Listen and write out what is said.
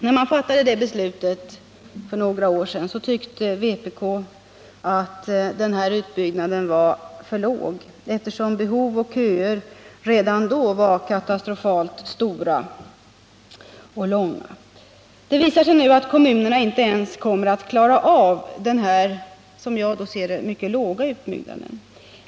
När man fattade det beslutet för några år sedan tyckte vpk att den utbyggnadstakten var för låg, eftersom behov och köer redan då var katastrofalt stora och långa. Det visar sig nu att kommunerna inte ens kommer att klara av den här, som jag ser det, mycket låga utbyggnadstakten.